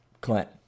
Clint